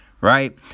Right